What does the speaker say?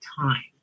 time